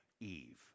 Eve